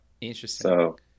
Interesting